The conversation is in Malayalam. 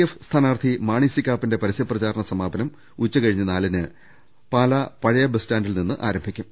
എഫ് സ്ഥാനാർത്ഥി മാണി സി കാപ്പന്റെ പരസ്യപ്രചാര ണ സമാപനം ഉച്ചകഴിഞ്ഞ് നാലിന് പാലാ പഴയ സ്റ്റാൻഡിൽ നി ന്ന് ആരംഭിക്കും